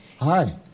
Hi